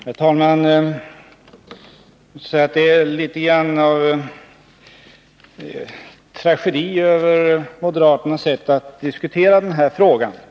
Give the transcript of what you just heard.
Herr talman! Jag måste säga att det är något av tragedi i moderaternas sätt att diskutera den här frågan.